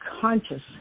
conscious